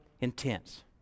intense